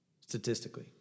statistically